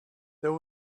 there